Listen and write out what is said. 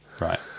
Right